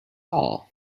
all